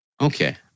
Okay